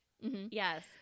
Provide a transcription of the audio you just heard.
Yes